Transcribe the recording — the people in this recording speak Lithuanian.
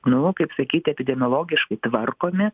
nu kaip sakyti epidemiologiškai tvarkomi